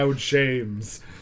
shames